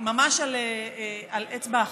ממש על אצבע אחת.